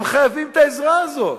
הם חייבים את העזרה הזאת,